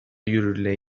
yürürlüğe